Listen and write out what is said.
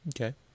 Okay